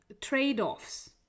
trade-offs